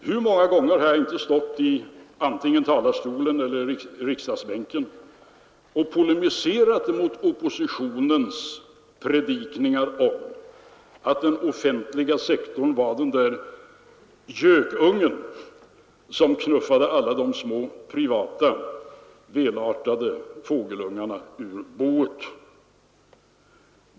Hur många gånger har jag inte stått antingen i kammarens talarstol eller i riksdagsbänken och polemiserat mot oppositionens predikningar om att den offentliga sektorn var gökungen som knuffade alla den privata sektorns små välartade fågelungar ur boet!